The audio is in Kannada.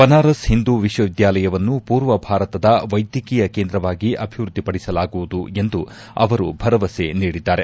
ಬನಾರಸ್ ಹಿಂದೂ ವಿಶ್ವವಿದ್ಯಾಲಯವನ್ನು ಪೂರ್ವ ಭಾರತದ ವೈದ್ಯಕೀಯ ಕೇಂದ್ರವಾಗಿ ಅಭಿವೃದ್ಲಿಪಡಿಸಲಾಗುವುದು ಎಂದು ಅವರು ಭರವಸೆ ನೀಡಿದ್ಲಾರೆ